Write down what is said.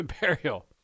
burial